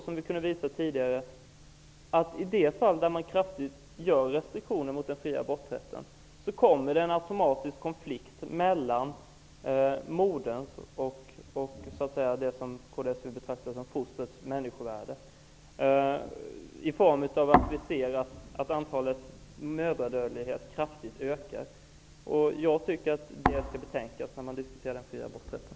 Som vi kunde visa tidigare uppstår det då man genomför kraftiga restriktioner i den fria aborträtten automatiskt en konflikt mellan moderns människovärde och det som kds vill betrakta som fostrets människovärde. Vi ser nämligen i de fallen att mödradödligheten kraftigt ökar. Jag tycker att man skall tänka på det när man diskuterar den fria aborträtten.